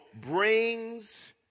brings